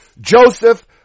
Joseph